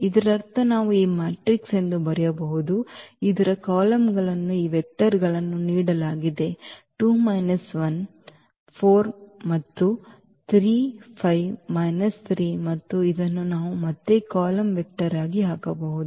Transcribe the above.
ಇದರರ್ಥ ನಾವು ಈ ಮ್ಯಾಟ್ರಿಕ್ಸ್ ಎಂದು ಬರೆಯಬಹುದು ಇದರ ಕಾಲಮ್ಗಳು ಈ ವೆಕ್ಟರ್ಗಳನ್ನು ನೀಡಲಾಗಿದೆ 2 ಮೈನಸ್ 1 4 ಮತ್ತು 3 5 ಮೈನಸ್ 3 ಮತ್ತು ಇದನ್ನು ನಾವು ಮತ್ತೆ ಕಾಲಮ್ ವೆಕ್ಟರ್ ಆಗಿ ಹಾಕಬಹುದು